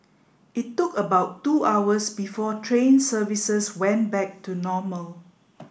it took about two hours before train services went back to normal